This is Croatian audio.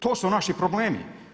To su naši problemi.